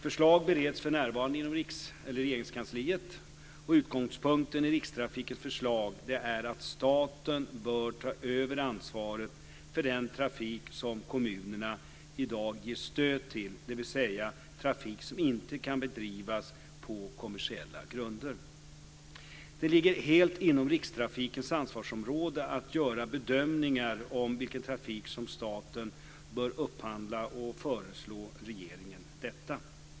Förslag bereds för närvarande inom Regeringskansliet. Utgångspunkten i Rikstrafikens förslag är att staten bör ta över ansvaret för den trafik som kommunerna i dag ger stöd till, dvs. trafik som inte kan bedrivas på kommersiella grunder. Det ligger helt inom Rikstrafikens ansvarsområde att göra bedömningar om vilken trafik som staten bör upphandla och föreslå regeringen detta.